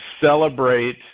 celebrate